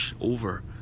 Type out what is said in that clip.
over